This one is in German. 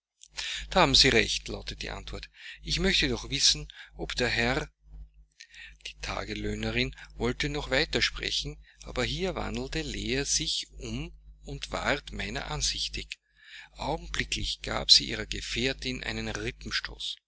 haben sie recht lautete die antwort ich möchte doch wissen ob der herr die tagelöhnerin wollte noch weiter sprechen aber hier wandte leah sich um und ward meiner ansichtig augenblicklich gab sie ihrer gefährtin einen